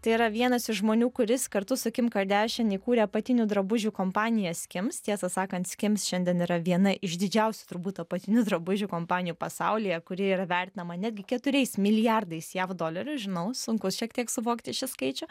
tai yra vienas iš žmonių kuris kartu su kim kardashian įkūrė apatinių drabužių kompaniją skims tiesą sakant skims šiandien yra viena iš didžiausių turbūt apatinių drabužių kompanijų pasaulyje kuri yra vertinama netgi keturiais milijardais jav dolerių žinau sunkus šiek tiek suvokti šį skaičių